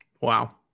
Wow